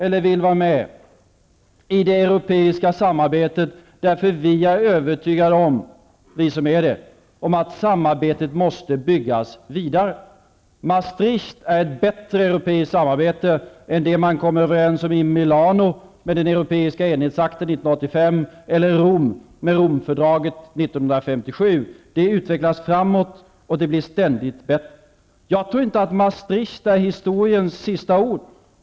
Vi vill vara med i det europeiska samarbetet därför att vi är övertygade om -- vi som är det -- att samarbetet måste byggas vidare. Maastricht är ett bättre europeiskt samarbete än det man kom överens om i Milano med den europeiska enhetsakten 1985 eller i Rom med Romfördraget 1957. Det utvecklas framåt, och det blir ständigt bättre. Jag tror inte att Maastricht är historiens sista ord.